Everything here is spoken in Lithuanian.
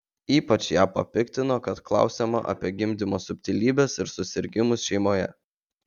ypač ją papiktino kad klausiama apie gimdymo subtilybes ir susirgimus šeimoje